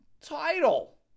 title